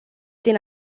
din